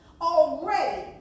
already